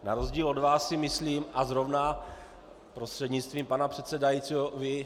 Jenže na rozdíl od vás si myslím, a zrovna, prostřednictvím pana předsedajícího, vy...